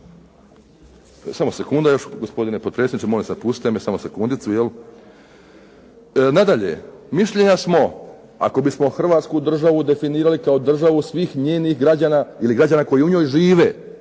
Samo sekunda još gospodine potpredsjedniče. Molim vas da pustite me samo sekundicu, jel. Nadalje, mišljenja smo ako bismo Hrvatsku državu definirali kao državu svih njenih građana ili građana koji u njoj žive,